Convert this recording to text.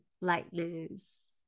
lightness